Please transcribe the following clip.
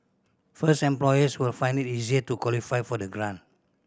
first employers will find it easier to qualify for the grant